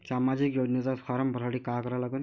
सामाजिक योजनेचा फारम भरासाठी का करा लागन?